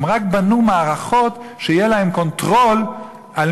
הם רק בנו מערכות שיהיה להן קונטרול על